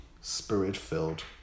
spirit-filled